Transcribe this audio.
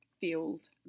feels